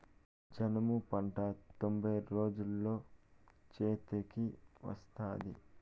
జనుము పంట తొంభై రోజుల్లో చేతికి వత్తాది